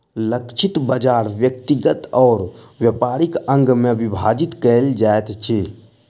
लक्षित बाजार व्यक्तिगत और व्यापारिक अंग में विभाजित कयल जाइत अछि